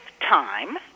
time